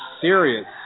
serious